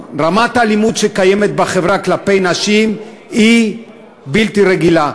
האלימות שקיימת בחברה כלפי נשים היא בלתי רגילה.